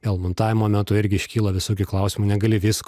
vėl montavimo metu irgi iškyla visokių klausimų negali visko